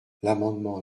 l’amendement